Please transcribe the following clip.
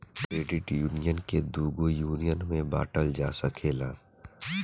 credit union के दुगो union में बॉटल जा सकेला